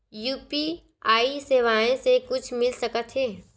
UPI सेवाएं से कुछु मिल सकत हे?